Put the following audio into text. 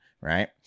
right